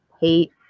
hate